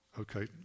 Okay